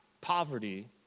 poverty